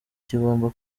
kigomba